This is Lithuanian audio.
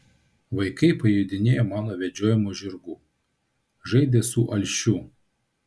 vaikai pajodinėjo mano vedžiojamu žirgu žaidė su alšiu